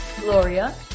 Gloria